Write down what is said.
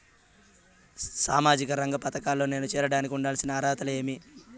సామాజిక రంగ పథకాల్లో నేను చేరడానికి ఉండాల్సిన అర్హతలు ఏమి?